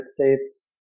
States